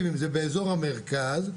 אם זה באזור המרכז,